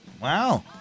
Wow